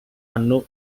anno